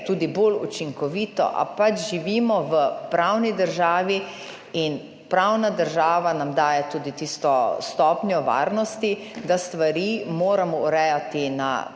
tudi bolj učinkovito, a pač živimo v pravni državi in pravna država nam daje tudi tisto stopnjo varnosti, da stvari moramo urejati na